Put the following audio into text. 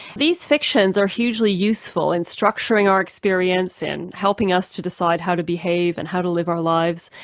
these fictions are hugely useful in structuring our experience and helping us to decide how to behave and how to live our lives.